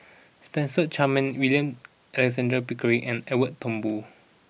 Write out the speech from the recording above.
Spencer Chapman William Alexander Pickering and Edwin Thumboo